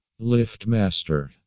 LiftMaster